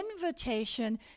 invitation